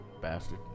Bastard